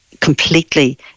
completely